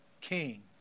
king